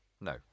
no